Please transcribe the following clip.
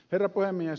herra puhemies